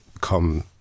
come